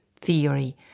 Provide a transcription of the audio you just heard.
theory